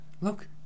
Look